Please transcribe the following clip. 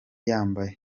yambaye